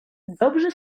dobrzy